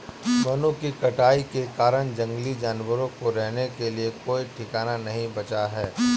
वनों की कटाई के कारण जंगली जानवरों को रहने के लिए कोई ठिकाना नहीं बचा है